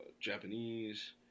Japanese